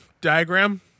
diagram